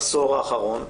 בעשור האחרון,